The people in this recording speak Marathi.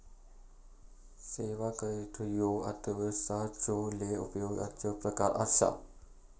सेवा क्षेत्र ह्यो अर्थव्यवस्थेचो लय उपयोगाचो प्रकार आसा